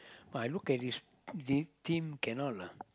but I look at this this team cannot lah